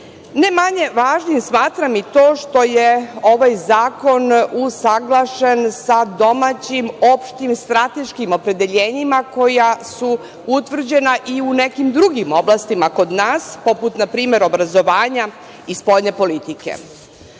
manje važnim smatram i to što je ovaj zakon usaglašen sa domaćim opštim strateškim opredeljenjima koja su utvrđena i u nekim drugim oblastima kod nas, poput npr. obrazovanja i spoljne politike. Ono